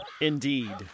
Indeed